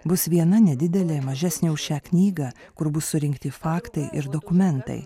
bus viena nedidelė mažesnė už šią knygą kur bus surinkti faktai ir dokumentai